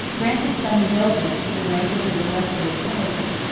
granted some indulgence to the rank of his illustrious penitent,